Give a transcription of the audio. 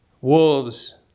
wolves